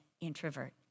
introvert